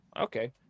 Okay